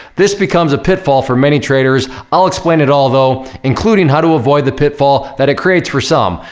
this becomes a pitfall for many traders. i'll explain it all, though, including how to avoid the pitfall that it creates for some.